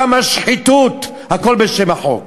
כמה שחיתות, הכול בשם החוק?